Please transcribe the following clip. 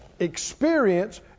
Experience